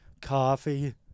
Coffee